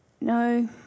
no